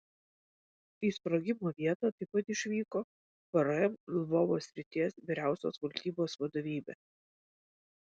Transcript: į sprogimo vietą taip pat išvyko vrm lvovo srities vyriausios valdybos vadovybė